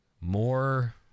more